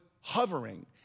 hovering